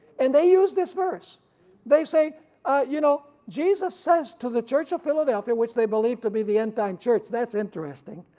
and they use this verse they say you know jesus says to the church of philadelphia which they believe to be the end-time church, that's interesting,